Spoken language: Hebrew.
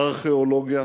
ארכיאולוגיה,